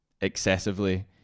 excessively